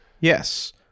Yes